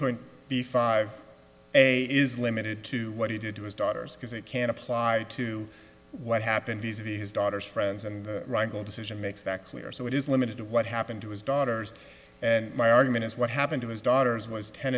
point b five a is limited to what he did to his daughters because it can apply to what happened to be his daughter's friends and wrangle decision makes that clear so it is limited to what happened to his daughters and my argument is what happened to his daughters was ten